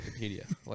Wikipedia